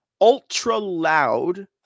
ultra-loud